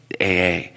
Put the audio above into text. AA